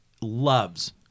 loves